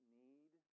need